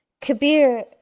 Kabir